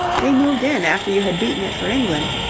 they moved in after you had beaten it for england.